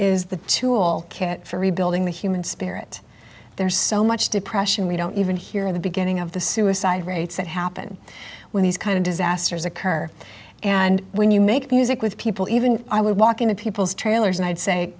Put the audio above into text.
is the tool kit for rebuilding the human spirit there's so much depression we don't even hear the beginning of the suicide rates that happen when these kind of disasters occur and when you make music with people even i would walk into people's trailers and i'd say